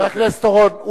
חבר הכנסת אורון,